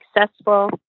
successful